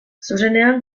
zuzenean